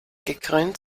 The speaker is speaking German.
gekrönt